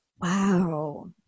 Wow